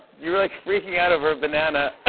you were, like, freaking out over a banana.